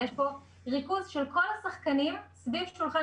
יש פה ריכוז של כל השחקנים סביב שולחן